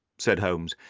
said holmes,